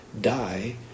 die